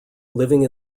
living